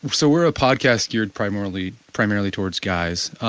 so we're a podcast geared primarily primarily towards guys.